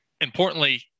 Importantly